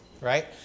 Right